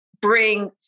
bring